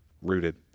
rooted